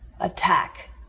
attack